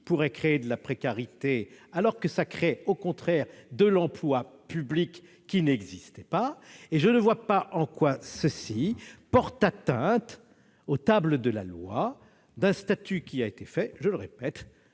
pourrait créer de la précarité, alors qu'il crée, au contraire, de l'emploi public qui n'existait pas, et je ne vois pas en quoi il porterait atteinte aux Tables de la Loi d'un statut qui a été conçu, je le répète,